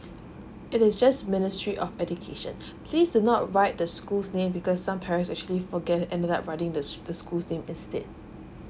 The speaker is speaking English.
it is just ministry of education please do not write the school's name because some parents actually forget ended up writing the the school's name instead